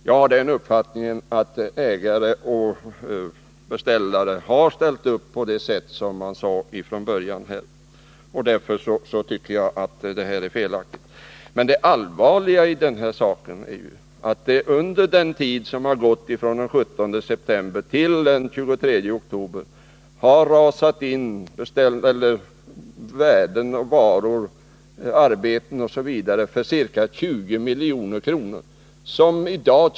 Jag har uppfattningen att ägare och beställare har ställt upp på det sätt som angavs från början, och därför tycker jag att det här är felaktigt. Men det allvarliga i detta sammanhang är att det under den tid som har gått från den 17 september till den 23 oktober har kommit in varor, arbeten osv. till ett värde av 20 milj.kr. De människor som står för dessa varor etc.